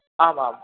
आमाम्